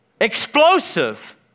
explosive